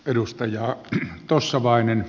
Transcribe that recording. edustaja tossavainen